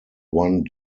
one